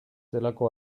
zelako